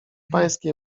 pańskiej